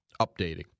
updating